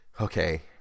okay